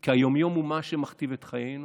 כי היום-יום הוא מה שמכתיב את חיינו,